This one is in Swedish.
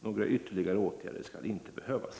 Några ytterligare åtgärder skall inte behövas.